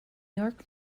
york